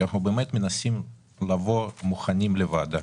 כי אנחנו מנסים לבוא מוכנים לוועדה.